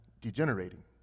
degenerating